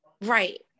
Right